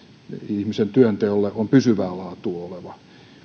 ihmisen työnteolle on pysyvää laatua oleva